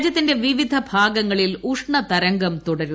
രാജ്യത്തിന്റെ വിവിധ ഭാഗങ്ങളിൽ ഉഷ്ണതരംഗം തുടരുന്നു